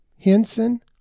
henson